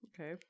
Okay